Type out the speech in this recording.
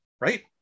right